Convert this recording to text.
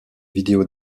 vidéo